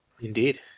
Indeed